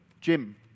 Jim